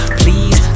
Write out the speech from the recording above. please